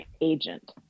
agent